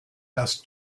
das